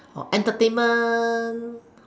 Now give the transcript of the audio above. entertainment